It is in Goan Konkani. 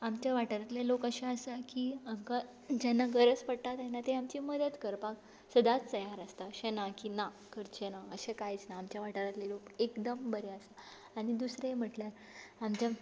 आमच्या वाठारांतले लोक अशे आसा की आमकां जेन्ना गरज पडटा तेन्ना ते आमची मदत करपाक सदांच तयार आसता अशें ना की ना करचे ना अशें कांयच ना आमच्या वाठारांतले लोक एकदम बरे आसा आनी दुसरें म्हटल्यार आमच्या